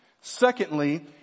Secondly